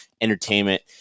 entertainment